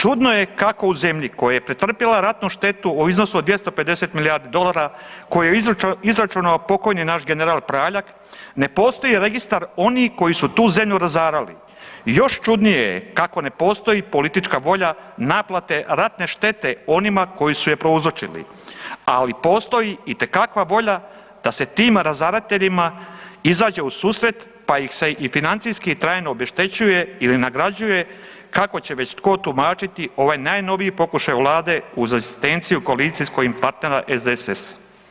Čudno je kako u zemlji koja je pretrpjela ratnu štetu u iznosu od 250 milijardi dolara, koji je izračunao pokojni naš general Praljak, ne postoji registar onih koji su tu zemlju razarali, još čudnije je kako ne postoji politička volja naplate ratne štete onima koji su je prouzročili, ali postoji itekakva volja da se tim razarateljima izađe u susret pa ih se i financijski trajno obeštećuje ili nagrađuje kako će već tko tumačiti ovaj najnoviji pokušaj Vlade uz asistenciju koalicijskog im partnera SDSS-a.